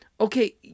okay